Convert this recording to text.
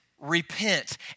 repent